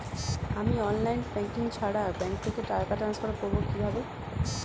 আমি online banking ছাড়া bank থেকে টাকা ট্রান্সফার করবো কিভাবে?